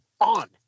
on